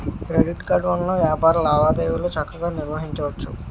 credit card వలన వ్యాపార లావాదేవీలు చక్కగా నిర్వహించవచ్చు